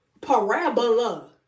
Parabola